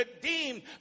redeemed